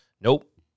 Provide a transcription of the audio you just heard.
Nope